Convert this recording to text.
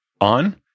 on